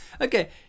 Okay